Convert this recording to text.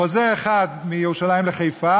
חוזה אחד מירושלים לחיפה,